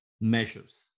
measures